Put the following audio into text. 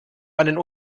einen